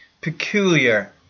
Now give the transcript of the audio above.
peculiar